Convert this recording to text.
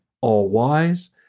all-wise